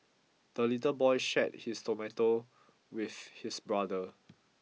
the little boy shared his tomato with his brother